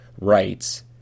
rights